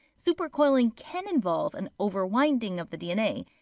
supercoiling can involve an over-winding of the dna,